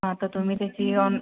हा तर तुम्ही त्याची